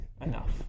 enough